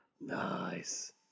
Nice